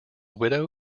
widow